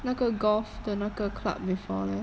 那个 golf 的那个 club before leh